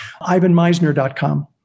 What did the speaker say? IvanMeisner.com